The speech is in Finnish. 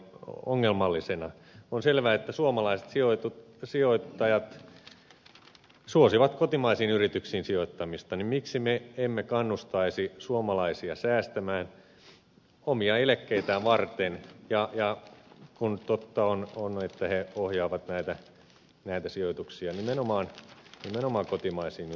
kun on selvää että suomalaiset sijoittajat suosivat kotimaisiin yrityksiin sijoittamista niin miksi me emme kannustaisi suomalaisia säästämään omia eläkkeitään varten kun totta on että he ohjaavat näitä sijoituksia nimenomaan kotimaisiin yrityksiin